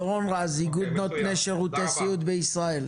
דורון רז, איגוד נותני שירותי סיעוד בישראל,